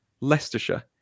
Leicestershire